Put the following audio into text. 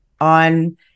on